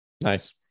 Nice